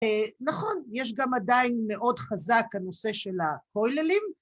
נכון, יש גם עדיין מאוד חזק הנושא של ה'כוללים',